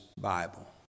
Bible